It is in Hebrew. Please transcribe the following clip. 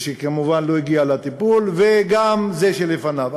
שכמובן לא הגיע לטיפול, וגם זה שלפניו.